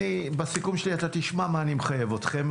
בסיכום שלי אתה תשמע מה אני מחייב אתכם,